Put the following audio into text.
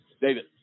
David